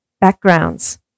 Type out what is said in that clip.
backgrounds